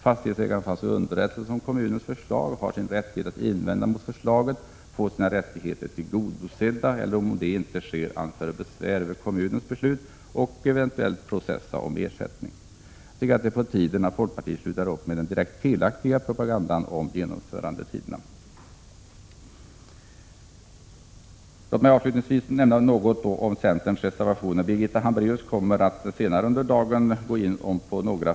Fastighetsägarna får alltså underrättelse om kommunens förslag och har rättighet att invända mot förslaget, få sina rättigheter tillgodosedda, eller om detta inte skett, anföra besvär över kommunens beslut och eventuellt processa om ersättning. Jag tycker att det är på tiden att folkpartiet slutar med den direkt felaktiga propagandan om genomförandetiderna. Låt mig sedan säga något om centerns reservationer. Birgitta Hambraeus kommer att senare under dagen ta upp vissa frågor.